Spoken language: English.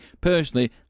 personally